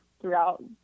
throughout